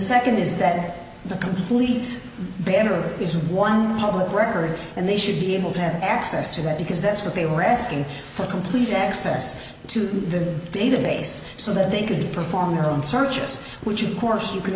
second is that the complete banner is one public record and they should be able to have access to that because that's what they were asking for complete access to the database so that they could perform their own searches which of course you can